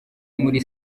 muri